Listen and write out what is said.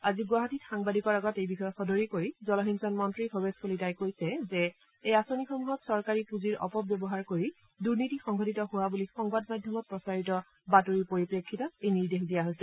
আজি গুৱাহাটীত সাংবাদিকৰ আগত এই বিষয়ে সদৰি কৰি জলসিঞ্চন মন্ত্ৰী ভৱেশ কলিতাই কৈছে যে এই অঁচনিসমূহত চৰকাৰী পুঁজিৰ অপব্যৱহাৰ কৰি দুনীতি সংঘটিত হোৱা বুলি সংবাদ মাধ্যমত প্ৰচাৰিত বাতৰিৰ পৰিপ্ৰেক্ষিতত এই নিৰ্দেশ দিয়া হৈছে